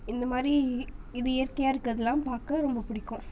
இந்த மாதிரி இது இயற்கையாக இருக்கிறதுலாம் பார்க்க ரொம்ப பிடிக்கும்